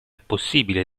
possibile